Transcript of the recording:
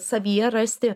savyje rasti